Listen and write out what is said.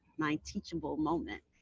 my teachable moment,